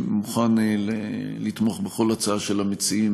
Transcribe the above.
אני מוכן לתמוך בכל הצעה של המציעים